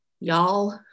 y'all